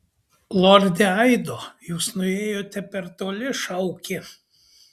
lorde aido jūs nuėjote per toli šaukė